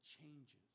changes